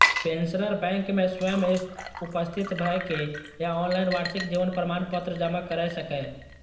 pensioner bank मे स्वयं उपस्थित भए के या ऑनलाइन वार्षिक जीवन प्रमाण पत्र जमा कैर सकैए